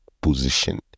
position